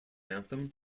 anthem